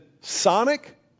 Sonic